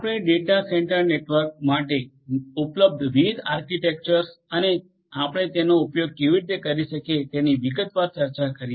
આપણે data centre network માટે ઉપલબ્ધ વિવિધ આર્કિટેક્ચર્સ અને આપણે તેનો ઉપયોગ કેવી રીતે કરીએ છીએ તેની વિગતવાર ચર્ચા કરી છે